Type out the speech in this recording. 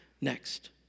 next